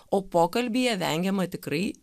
o pokalbyje vengiama tikrai